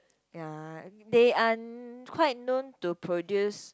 ya an~ they are quite known to produce